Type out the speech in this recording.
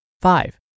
Five